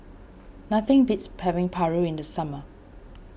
nothing beats paving Paru in the summer